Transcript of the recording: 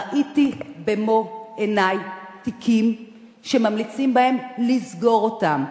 ראיתי במו עיני תיקים שממליצים בהם לסגור אותם,